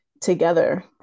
together